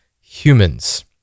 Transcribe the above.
humans